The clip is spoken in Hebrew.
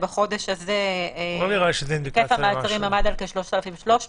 בחודש הזה היקף המעצרים עמד על כ-3,300